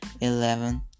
eleven